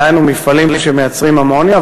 דהיינו מפעלים שמייצרים אמוניה,